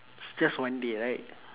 it's just one day right